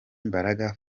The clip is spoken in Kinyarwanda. mbaraga